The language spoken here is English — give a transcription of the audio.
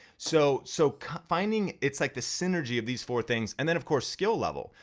so so finding it's like the synergy of these four things and then of course skill level.